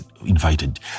invited